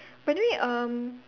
by the way um